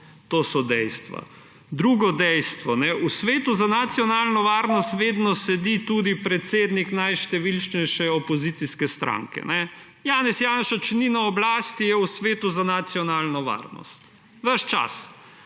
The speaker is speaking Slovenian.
To so dejstva. Drugo dejstvo. V Svetu za nacionalno varnost vedno sedi tudi predsednik najštevilnejše opozicijske stranke. Janez Janša, če ni na oblasti, je v Svetu za nacionalno varnost, ves čas.